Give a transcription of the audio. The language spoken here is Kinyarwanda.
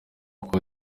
uko